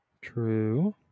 True